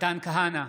מתן כהנא,